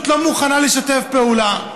הרשות לא מוכנה לשתף פעולה,